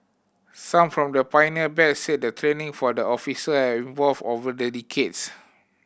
some from the pioneer batch said the training for officer has evolved over the decades